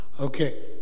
Okay